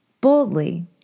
Boldly